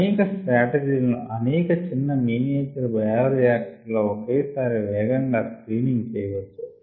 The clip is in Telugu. అనేక స్ట్రాటజీ లను అనేక చిన్న మినియేచర్ బయోరియాక్టర్ లలో ఒకే సారి వేగంగా స్క్రీనింగ్ చేయ వచ్చు